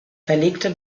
verlegte